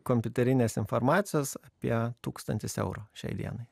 kompiuterinės informacijos apie tūkstantis eurų šiai dienai